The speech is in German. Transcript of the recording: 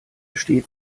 steht